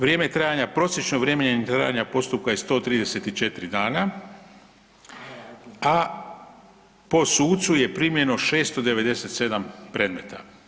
Vrijeme trajanja, prosječno vrijeme trajanja postupka je 134 dana, a po sucu je primljeno 697 predmeta.